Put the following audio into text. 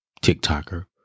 TikToker